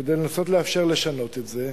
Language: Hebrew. כדי לנסות לאפשר לשנות את זה,